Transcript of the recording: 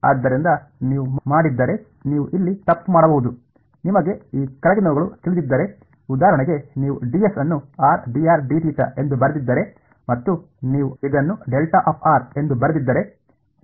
ಆದ್ದರಿಂದ ನೀವು ಮಾಡಿದ್ದರೆ ನೀವು ಇಲ್ಲಿ ತಪ್ಪು ಮಾಡಬಹುದು ನಿಮಗೆ ಈ ಕೆಳಗಿನವುಗಳು ತಿಳಿದಿದ್ದರೆ ಉದಾಹರಣೆಗೆ ನೀವು ಈ ಡಿಎಸ್ ಅನ್ನು ಎಂದು ಬರೆದಿದ್ದರೆ ಮತ್ತು ನೀವು ಇದನ್ನು ಎಂದು ಬರೆದಿದ್ದರೆ ನೀವು ಇದನ್ನು ಎಂದು ಬರೆಯಬಹುದು